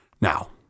Now